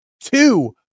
two